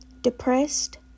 depressed